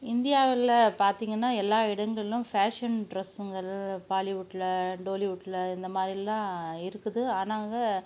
இந்தியாவில் பார்த்திங்கன்னா எல்லா இடங்களும் ஃபேஷன் ட்ரெஸ்ஸுங்கள் பாலிவுட்ல டோலிவுட்ல இந்த மாதிரிலாம் இருக்குது ஆனாங்கள்